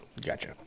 Gotcha